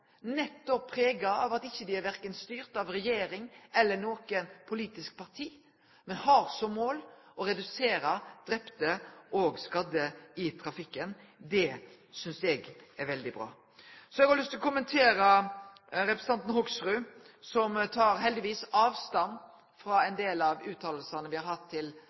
nettopp prega av at dei ikkje er styrte av korkje regjering eller noko politisk parti, men har som mål å redusere talet på drepne og skadde i trafikken. Det synest eg er veldig bra. Så har eg lyst til å kome med ein kommentar til representanten Hoksrud, som heldigvis tek avstand frå ein del av utsegnene frå enkeltrepresentantar frå Framstegspartiet. Mi utfordring til